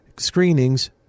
screenings